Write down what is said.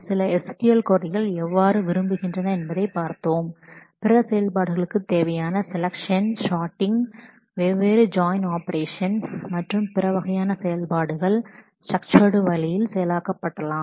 சில SQL கொரிகள் ஆன செலெக்ஷன் சார்ட்டிங் ஆகியவை பிற செயல்பாடுகளுக்கு மற்றும் வெவ்வேறு ஜாயின் ஆபரேஷன் மற்றும் அக்ரிகேசன் ஆபரேஷன் மற்றும் பிற வகையான செயல்பாடுகள் போன்றவற்றை ஸ்ட்ரக்சர்டு வழியில் செயலாக்க முடியும்